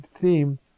theme